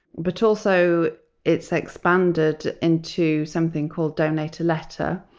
but also it's expanded into something called donate a letter,